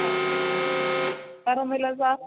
okay ആ വേറെ ഒന്നും ഇല്ലല്ലോ സാർ